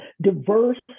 diverse